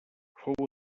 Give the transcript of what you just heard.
fou